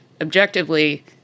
objectively